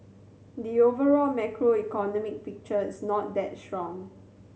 the overall macroeconomic picture is not that strong